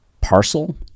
Parcel